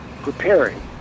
preparing